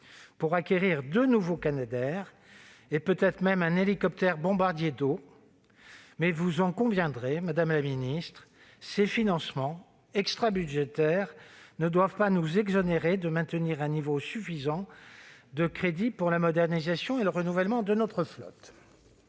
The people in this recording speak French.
pour acquérir deux nouveaux avions Canadair, et peut-être même un hélicoptère bombardier d'eau. Vous en conviendrez, madame la ministre, ces financements extrabudgétaires ne doivent cependant pas nous dispenser de maintenir un niveau suffisant de crédits pour la modernisation et le renouvellement de notre flotte.